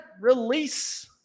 Release